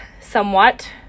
somewhat